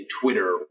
Twitter